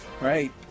right